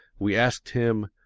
we asked him,